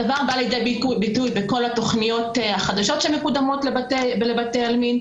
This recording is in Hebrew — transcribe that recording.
הדבר בא לידי ביטוי בכל התוכניות החדשות שמקודמות לבתי עלמין.